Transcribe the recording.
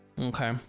Okay